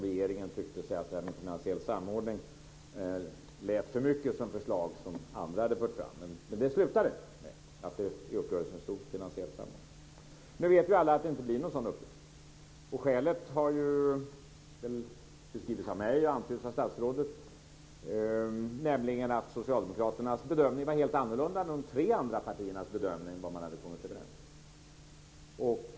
Regeringen tyckte att "finansiell samordning" lät för mycket som ett förslag som andra hade fört fram. Men det slutade med att det i uppgörelsen står "finansiell samordning". Nu vet alla att det inte blir en sådan uppgörelse. Skälet har beskrivits av mig och antyddes av statsrådet, nämligen att socialdemokraternas bedömning var helt annorlunda än de tre andra partiernas bedömning av vad man hade kommit överens om.